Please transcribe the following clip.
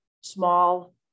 small